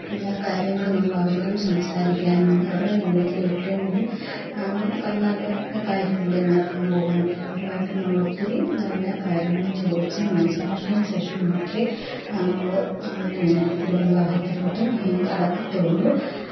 എല്ലാ കാര്യങ്ങളും നമ്മളവരോടും സംസാരിക്കാനുണ്ട് അവരുടേയും ജീവിതത്തിലെ ഏറ്റവും വലിയ നല്ല കാര്യമല്ലേ നടക്കാൻ പോകുന്നത് അപ്പം അവരുമായിട്ട് നമ്മളൊത്തിരി എല്ലാ കാര്യങ്ങളും ചോദിച്ച് മനസ്സിലാക്കിയത്തിനു ശേഷം മാത്രമേ നമ്മൾ അവരെ അങ്ങനെ ഒരു വിവാഹത്തിലോട്ട് കടക്കത്തുള്ളു